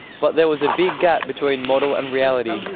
but there was a big gap between model and reality.